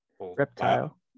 Reptile